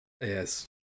Yes